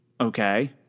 Okay